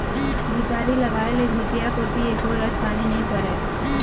झिपारी लगाय ले भीतिया कोती एको रच पानी नी परय